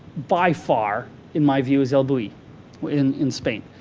by far in my view, is el bulli in in spain.